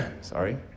Sorry